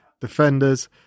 defenders